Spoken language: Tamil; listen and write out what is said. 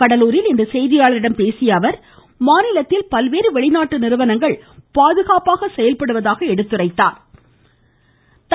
கடலூரில் இன்று செய்தியாளர்களிடம் பேசிய அவர் மாநிலத்தில் பல்வேறு வெளிநாட்டு நிறுவனங்கள் பாதுகாப்பாக செயல்படுவதாக எடுத்துரைத்தாா்